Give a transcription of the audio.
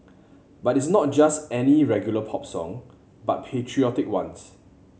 but it's not just any regular pop song but patriotic ones